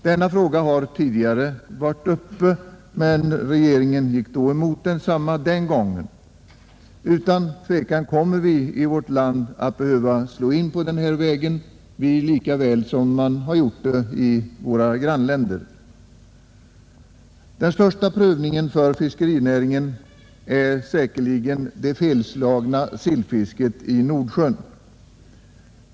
Denna fråga har tidigare varit uppe till behandling, men regeringen gick den gången mot förslaget. Utan tvekan kommer vi i vårt land att behöva slå in på denna väg, lika väl som man gjort det i våra grannländer. Den största prövningen för fiskerinäringen är säkerligen det felslagna sillfisket i Nordsjön.